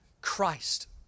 Christ